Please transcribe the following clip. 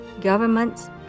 governments